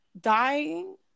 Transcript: dying